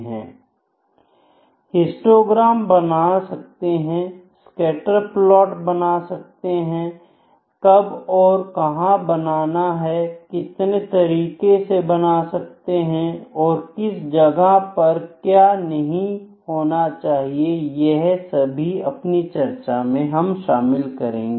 हम हिस्टोग्राम बना सकते हैं स्कैटर प्लॉट बना सकते हैं कब और कहां बनाना है कितने तरीकों से बना सकते हैं और किस जगह पर क्या नहीं होना चाहिए यह सब अपनी चर्चा में शामिल करेंगे